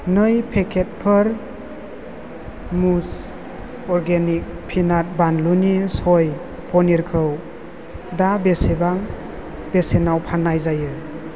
नै पेकेटफोर मुज अर्गेनिक पिनाट बानलुनि सय पनिरखौ दा बेसेबां बेसेनाव फाननाय जायो